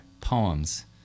poems